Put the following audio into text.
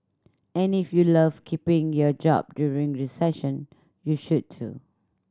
and if you love keeping your job during recession you should too